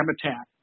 habitat